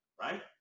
Right